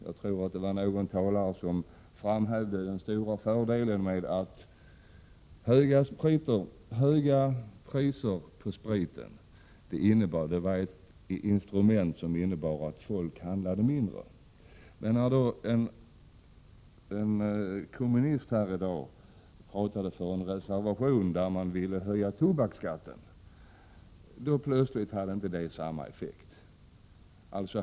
Jag tror att det var någon talare som framhöll den stora fördelen med att höga priser på spriten innebär att folk handlar mindre. Men när en kommunist talade för en reservation om höjning av tobaksskatten, då hade den plötsligt inte samma effekt.